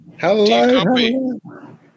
Hello